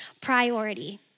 priority